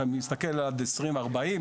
אני מסתכל עד 2040,